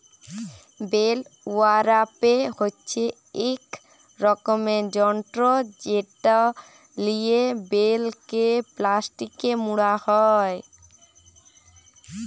bell ওরাপের হছে ইক রকমের যল্তর যেট লিয়ে বেলকে পেলাস্টিকে মুড়া হ্যয়